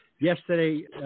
yesterday